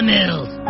Mills